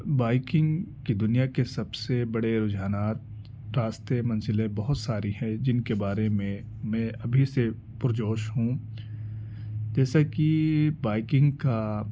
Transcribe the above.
biking کی دنیا کے سب سے بڑے رجحانات راستے منزلیں بہت ساری ہے جن کے بارے میں میں ابھی سے پرجوش ہوں جیسا کہ بائیکنگ کا